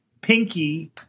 Pinky